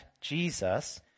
Jesus